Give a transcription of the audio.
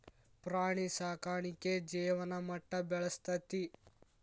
ಪ್ರಾಣಿ ಸಾಕಾಣಿಕೆ ಜೇವನ ಮಟ್ಟಾ ಬೆಳಸ್ತತಿ